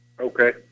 Okay